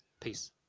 Peace